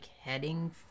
heading